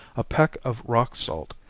a peck of rock salt,